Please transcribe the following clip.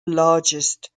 largest